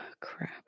crap